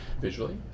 visually